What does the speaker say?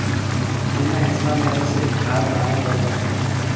जुन्ना हेसुआ में तो सिरिफ धार बनाए बर परथे